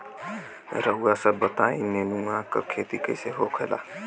रउआ सभ बताई नेनुआ क खेती कईसे होखेला?